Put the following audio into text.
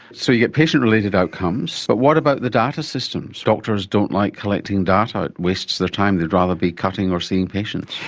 so you get patient related outcomes. but what about the data systems? doctors don't like collecting data, it wastes their time, they'd rather be cutting or seeing patients.